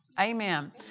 Amen